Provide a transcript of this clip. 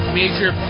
major